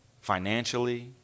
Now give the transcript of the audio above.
financially